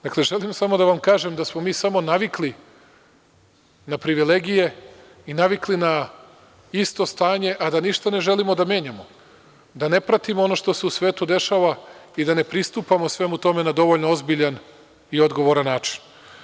Dakle, želim samo da vam kažem da smo mi navikli na privilegije i navikli na isto stanje a da ništa ne želimo da menjamo, da ne pratimo ono što se u svetu dešava i da ne pristupamo svemu tome na dovoljno ozbiljan i odgovoran način.